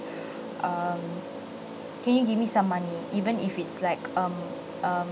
um can you give me some money even if it's like um um